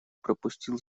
пропустил